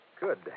Good